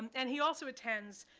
and he also attends,